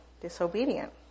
disobedient